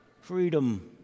freedom